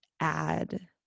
add